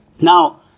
Now